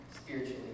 spiritually